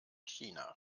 china